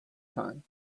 time